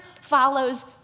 follows